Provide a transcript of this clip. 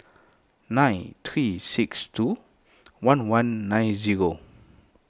nine three six two one one nine zero